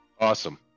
Awesome